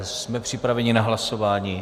Jsme připraveni na hlasování.